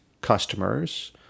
customers